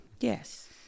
Yes